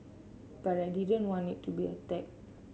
but I didn't want it to be a tag